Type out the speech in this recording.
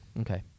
okay